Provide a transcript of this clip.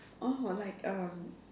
orh like um